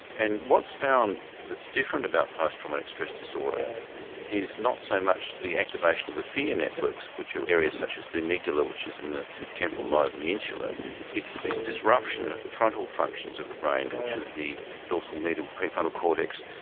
and what's found that's different about post-traumatic stress disorder is not so much the activation of the fear networks, which are areas such as the amygdala, which is in the temporal lobe, and the insular it's the disruption of the frontal functions of the brain which are the dorsal medial prefrontal cortex,